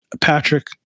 Patrick